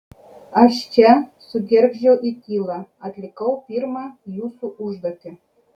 aš čia sugergždžiau į tylą atlikau pirmą jūsų užduotį